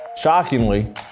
Shockingly